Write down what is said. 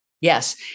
Yes